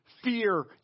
Fear